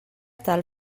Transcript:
tal